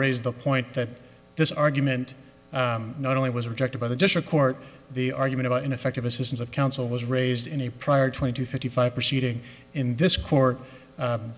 raise the point that this argument not only was rejected by the district court the argument about ineffective assistance of counsel was raised in a prior twenty two fifty five proceeding in this court